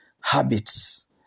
habits